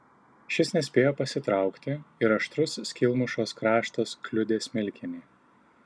šis nespėjo pasitraukti ir aštrus skylmušos kraštas kliudė smilkinį